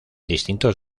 distintos